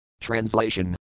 Translation